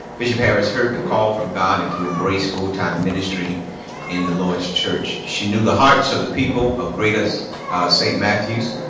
bishop harris heard the call from god and to embrace full-time ministry in the lord's church. she knew the hearts of the people of greater saint matthews.